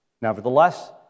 Nevertheless